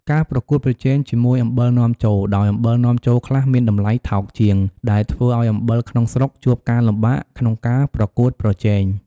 ការប្រកួតប្រជែងជាមួយអំបិលនាំចូល ដោយអំបិលនាំចូលខ្លះមានតម្លៃថោកជាង ដែលធ្វើឱ្យអំបិលក្នុងស្រុកជួបការលំបាកក្នុងការប្រកួតប្រជែង។